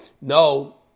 No